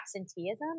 absenteeism